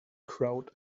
crowd